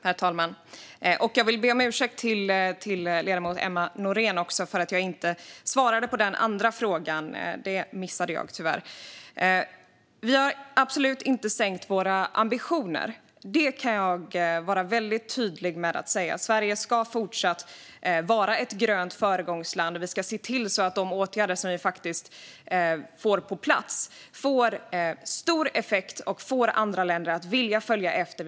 Herr talman! Jag vill be ledamoten Emma Nohrén om ursäkt för att jag inte svarade på den andra frågan. Det missade jag tyvärr. Vi har absolut inte sänkt våra ambitioner. Det kan jag vara väldigt tydlig med. Sverige ska fortsatt vara ett grönt föregångsland, och vi ska se till att de åtgärder som vi faktiskt får på plats får stor effekt och får andra länder att vilja följa efter.